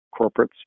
corporates